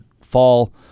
fall